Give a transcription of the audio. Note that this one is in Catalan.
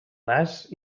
nas